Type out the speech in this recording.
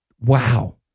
Wow